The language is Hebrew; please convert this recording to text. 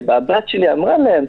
הבת שלי אמרה להם: